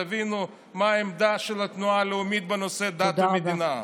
ותבינו מה העמדה של התנועה הלאומית בנושא דת ומדינה.